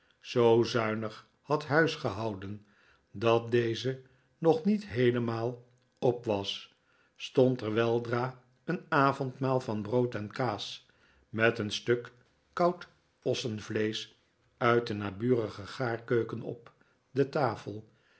zoo zuinig had huisgehouden dat deze nog niet heelemaal op was stond er weldra een avondmaal van brood en kaas met een stuk koud ossenvleesch uit de naburige gaarkeuken op de tafel